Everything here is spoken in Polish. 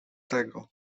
tego